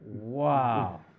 Wow